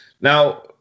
Now